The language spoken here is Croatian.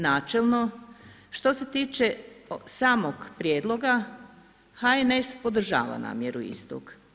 Načelno, što se tiče samog prijedloga, HNS podržava namjeru istog.